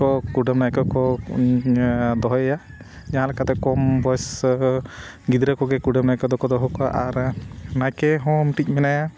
ᱠᱚ ᱠᱩᱰᱟᱹᱢ ᱱᱟᱭᱠᱮ ᱠᱚ ᱫᱚᱦᱚᱭᱮᱭᱟ ᱡᱟᱦᱟᱸ ᱞᱮᱠᱟ ᱛᱮ ᱠᱚᱢ ᱵᱚᱭᱮᱥ ᱜᱤᱫᱽᱨᱟᱹ ᱠᱚᱜᱮ ᱠᱩᱰᱟᱹᱢ ᱱᱟᱭᱠᱮ ᱫᱚᱠᱚ ᱫᱚᱦᱚ ᱠᱚᱣᱟ ᱟᱨ ᱱᱟᱭᱠᱮ ᱦᱚᱸ ᱢᱤᱫᱴᱤᱡ ᱢᱮᱱᱟᱭᱟ